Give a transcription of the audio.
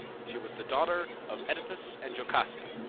she was the daughter of oedipus and jocasta,